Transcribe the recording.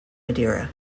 madeira